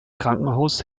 krankenhaus